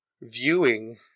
viewing